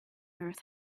earth